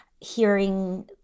hearing